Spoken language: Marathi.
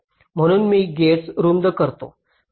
म्हणून मी गेट्स रुंद करतो